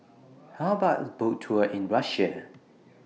How about A Boat Tour in Russia